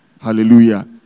Hallelujah